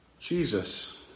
Jesus